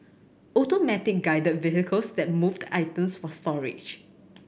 Automatic Guided Vehicles then move the items for storage